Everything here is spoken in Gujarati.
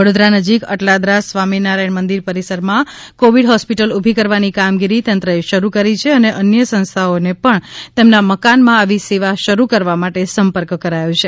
વડોદરા નજીક અટલાદરા સ્વામિનારાથણ મંદિર પરિસર માં કોવિડ હોસ્પિટલ ઊભી કરવાની કામગીરી તંત્રએ શરૂ કરી છે અને અન્ય સંસ્થાઓ ને પણ તેમના મકાન માં આવી સેવા શરૂ કરવા માટે સંપર્ક કરાથો છે